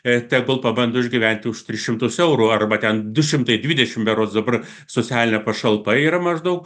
tegul pabando išgyventi už tris šimtus eurų arba ten dušimtai dvidešimt berods dabar socialinė pašalpa yra maždaug